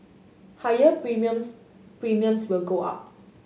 higher premiums Premiums will go up